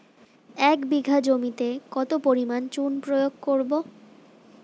এক বিঘা জমিতে কত পরিমাণ চুন প্রয়োগ করব?